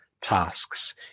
tasks